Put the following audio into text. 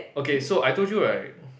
okay so I told you right